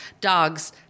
Dogs